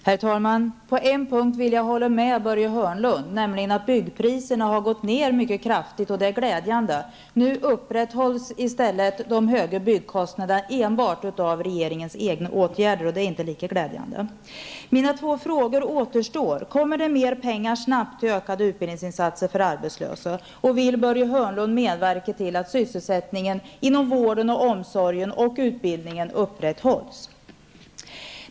Herr talman! På en punkt vill jag hålla med Börje Hörnlund, nämligen att byggpriserna har gått ner mycket kraftigt, och det är glädjande. Nu upprätthålls i stället de höga byggkostnaderna enbart av regeringens egna åtgärder, och det är inte lika glädjande. Mina två frågor återstår: Kommer det mer pengar snabbt till ökade utbildningsinsatser för arbetslösa? Och vill Börje Hörnlund medverka till att sysselsättningen inom vården, omsorgen och utbildningen upprätthålls?